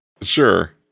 Sure